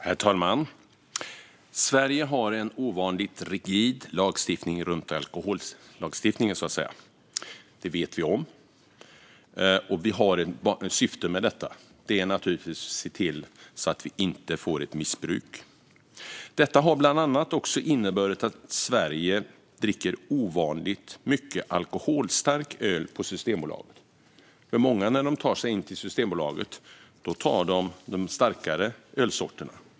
Herr talman! Sverige har en ovanligt rigid alkohollagstiftning. Det vet vi om. Och det finns ett syfte med detta. Det är att se till att vi inte får ett missbruk. Det har bland annat inneburit att vi i Sverige dricker ovanligt mycket alkoholstark öl från Systembolaget. Många som tar sig till Systembolaget tar då de starkare ölsorterna.